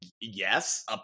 yes